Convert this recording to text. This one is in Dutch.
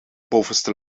bovenste